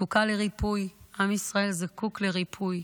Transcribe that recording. זקוקה לריפוי, עם ישראל זקוק לריפוי.